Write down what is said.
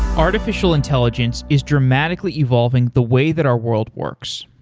artificial intelligence is dramatically evolving the way that our world works,